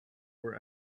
were